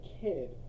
kid